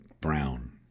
brown